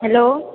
hello